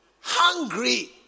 Hungry